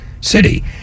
city